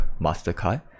mastercard